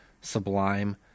sublime